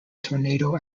tornado